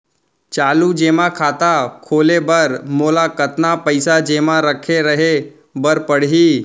चालू जेमा खाता खोले बर मोला कतना पइसा जेमा रखे रहे बर पड़ही?